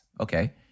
Okay